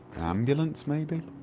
ambulance maybe?